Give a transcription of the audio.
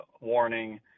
warning